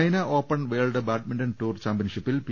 China open world badminton tour ചാമ്പ്യൻഷിപ്പിൽ P